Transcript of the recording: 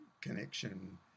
connection